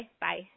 bye